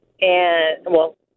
and—well